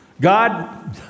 God